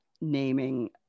naming